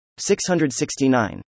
669